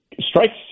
Strikes